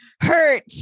hurt